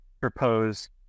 propose